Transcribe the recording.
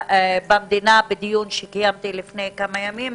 במדינה בדיון שקיימתי לפני כמה ימים,